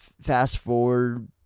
fast-forward